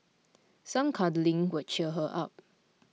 some cuddling would cheer her up